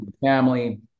family